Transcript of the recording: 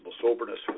soberness